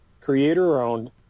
creator-owned